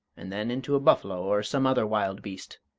and then into a buffalo or some other wild beast.